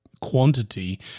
quantity